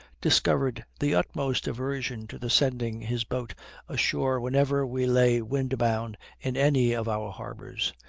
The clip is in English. discovered the utmost aversion to the sending his boat ashore whenever we lay wind-bound in any of our harbors.